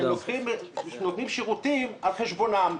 הם נותנים שירותים על חשבונם.